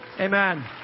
Amen